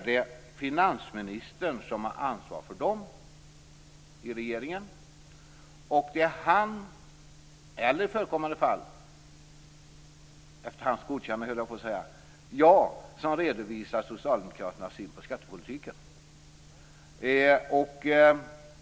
Det är finansministern som har ansvar för skattefrågorna i regeringen. Det är han eller i förekommande fall, efter hans godkännande höll jag på att säga, jag som redovisar socialdemokraternas syn på skattepolitiken.